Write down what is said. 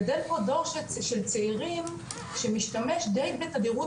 גדל פה דור של צעירים שמשתמש די בתדירות